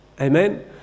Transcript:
Amen